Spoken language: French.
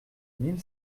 mille